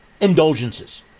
indulgences